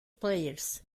players